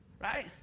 right